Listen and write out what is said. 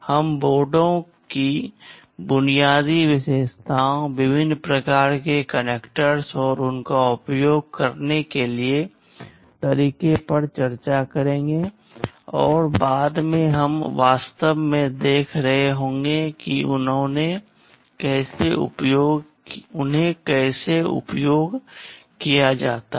हम बोर्डों की बुनियादी विशेषताओं विभिन्न प्रकार के कनेक्टर्स और उनका उपयोग करने के तरीके पर चर्चा करेंगे और बाद में हम वास्तव में देख रहे होंगे कि उन्हें कैसे उपयोग किया जाता है